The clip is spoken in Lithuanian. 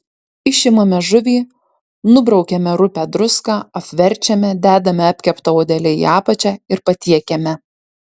išimame žuvį nubraukiame rupią druską apverčiame dedame apkepta odele į apačią ir patiekiame